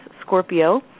Scorpio